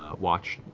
watch.